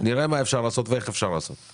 נראה מה אפשר לעשות ואיך אפשר לעשות ואיך אפשר לעשות.